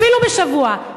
אפילו בשבוע,